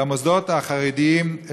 למוסדות החרדיים,